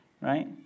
right